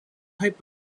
type